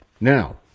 Now